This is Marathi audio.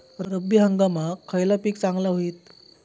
रब्बी हंगामाक खयला पीक चांगला होईत?